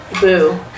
Boo